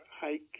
hike